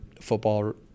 football